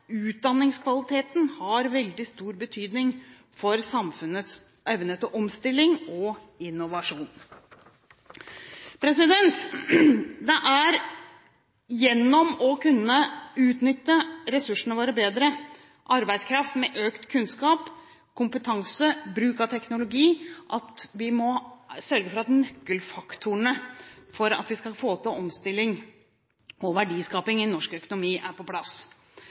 utdanningskvaliteten har veldig stor betydning for samfunnets evne til omstilling og innovasjon. Det er gjennom å utnytte ressursene våre bedre – arbeidskraft med økt kunnskap, kompetanse og bruk av teknologi – at vi må sørge for at nøkkelfaktorene for å få til omstilling og verdiskaping i norsk økonomi er på plass.